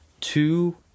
two